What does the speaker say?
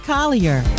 Collier